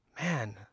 Man